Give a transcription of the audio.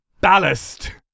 ballast